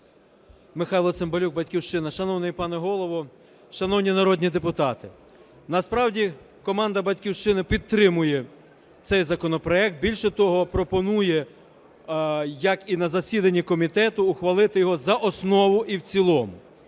Михайло Цимбалюк, "Батьківщина". Шановний пане Голово, шановні народні депутати! Насправді команда "Батьківщини" підтримує цей законопроект. Більше того, пропонує, як і на засіданні комітету, ухвалити його за основу і в цілому.